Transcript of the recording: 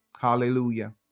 Hallelujah